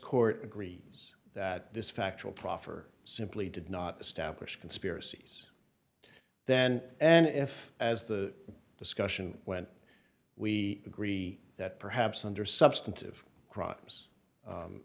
court agrees that this factual proffer simply did not establish conspiracies then and if as the discussion went we agree that perhaps under substantive crimes